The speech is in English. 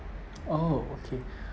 oh okay